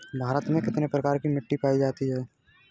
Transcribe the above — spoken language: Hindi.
भारत में कितने प्रकार की मिट्टी पाई जाती है?